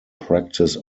practice